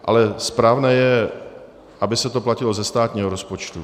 Ale správné je, aby se to platilo ze státního rozpočtu.